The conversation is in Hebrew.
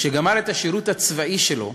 כשגמר את השירות הצבאי שלו,